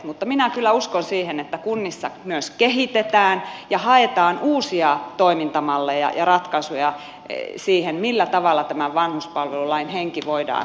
mutta minä kyllä uskon siihen että kunnissa myös kehitetään ja haetaan uusia toimintamalleja ja ratkaisuja siihen millä tavalla tämän vanhuspalvelulain henki voidaan toteuttaa